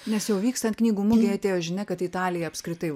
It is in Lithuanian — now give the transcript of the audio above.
nes jau vykstant knygų mugei atėjo žinia kad italija apskritai